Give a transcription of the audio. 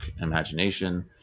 imagination